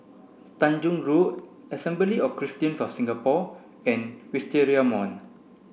Tanjong Rhu Assembly of Christians of Singapore and Wisteria Mall